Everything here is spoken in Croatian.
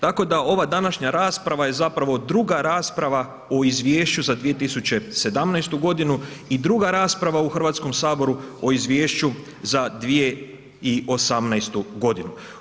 Tako da ova današnja rasprava je zapravo druga rasprava o Izvješću za 2017.-tu godinu i druga rasprava u Hrvatskom saboru o Izvješću za 2018.-tu godinu.